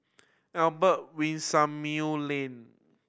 Albert Winsemius Lane